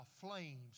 flames